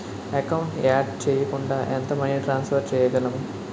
Account add చేయకుండా ఎంత money transfer చేయగలము?